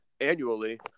annually